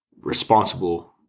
responsible